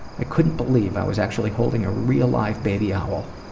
i couldn't believe i was actually holding a real live baby owl.